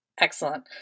Excellent